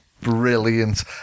Brilliant